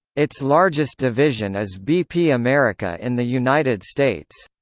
its largest division is bp america in the united states.